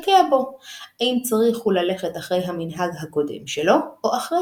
הרי כל אחד התבטל במיעוטו לעומת הכלל שאליו הגיע,